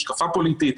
השקפה פוליטית,